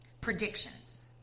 predictions